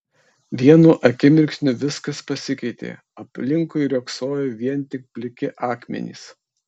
vienu akimirksniu viskas pasikeitė aplinkui riogsojo vien tik pliki akmenys